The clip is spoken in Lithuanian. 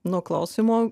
nuo klausimo